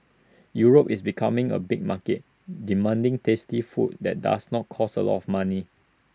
Europe is becoming A big market demanding tasty food that does not cost A lot of money